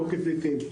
לא כפליטים.